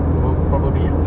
well probably ah